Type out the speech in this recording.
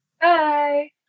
Bye